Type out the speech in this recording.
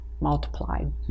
multiplied